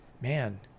man